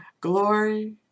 glory